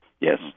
Yes